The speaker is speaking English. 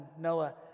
Noah